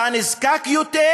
אתה נזקק יותר,